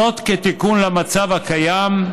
זאת, כתיקון למצב הקיים,